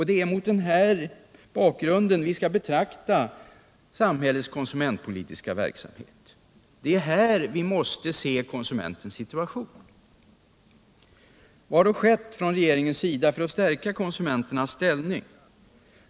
Det är mot denna bakgrund vi skall betrakta samhällets konsumentpolitiska verksamhet. Det är här vi måste se konsumenternas situation. Vad har då gjorts från regeringens sida för att stärka konsumenternas ställning?